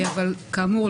אבל כאמור,